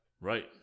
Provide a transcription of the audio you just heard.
Right